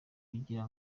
kugira